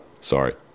Sorry